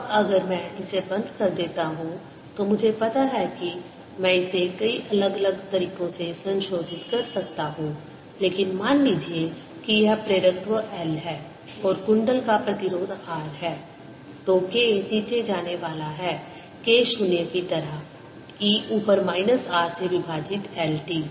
अब अगर मैं इसे बंद कर देता हूं तो मुझे पता है कि मैं इसे कई अलग अलग तरीकों से संशोधित कर सकता हूं लेकिन मान लीजिए कि यह प्रेरकत्व L है और कुंडल का प्रतिरोध R है तो K नीचे जाने वाला है K 0 की तरह e ऊपर माइनस R से विभाजित L t